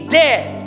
dead